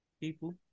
people